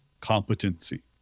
competency